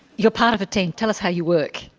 you're part of a team, tell us how you work.